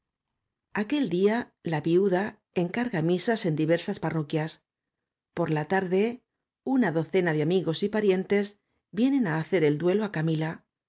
emilia pardo bazán la viuda encarga misas en diversas parroquias por la tarde una docena de amigos y parientes vienen á hacer el duelo á camila